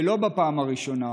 ולא בפעם הראשונה,